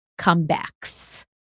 comebacks